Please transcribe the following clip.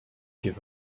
give